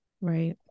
right